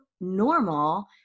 normal